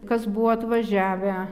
kas buvo atvažiavę